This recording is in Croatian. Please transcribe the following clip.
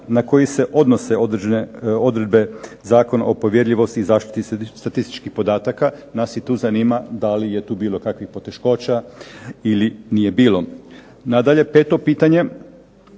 na koji se odnose određene odredbe Zakona o povjerljivosti i zaštiti statističkih podataka, nas tu zanima da li je tu bilo poteškoća ili nije bilo. Nadalje, peto pitanje